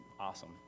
awesome